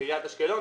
עיריית אשקלון,